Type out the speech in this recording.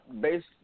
based